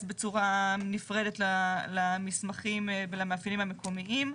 בצורה נפרדת למסמכים ולמאפיינים המקומיים.